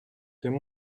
there